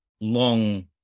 long